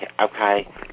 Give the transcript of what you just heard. okay